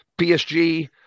PSG